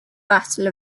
battle